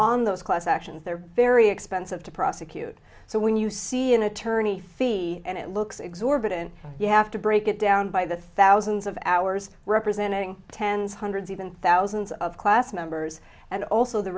on those class actions they're very expensive to prosecute so when you see an attorney thi and it looks exorbitant you have to break it down by the thousands of hours representing tens hundreds even thousands of class members and also the